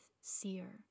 seer